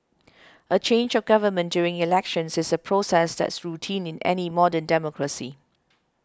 a change of government during elections is a process that's routine in any modern democracy